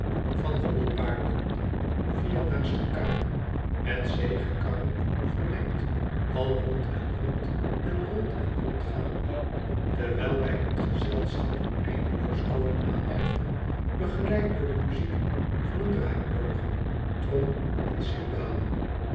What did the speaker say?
van hobbelpaarden vier naast elkaar met zegekarren vermengd al ronden rond en rond en rondgaande terwijl wij t genschap een eindeloos koor aanheffen begeleid door de muziek van een draaiorgel trom en cimbalen